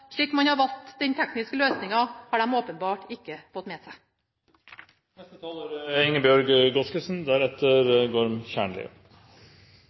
slik man har valgt med hensyn til den tekniske løsninga, har de åpenbart fortsatt ikke fått med